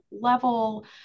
level